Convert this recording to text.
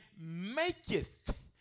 maketh